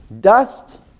Dust